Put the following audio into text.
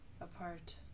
apart